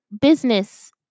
business